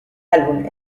álbum